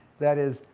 that is,